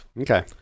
Okay